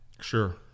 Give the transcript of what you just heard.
Sure